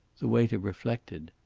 the waiter reflected.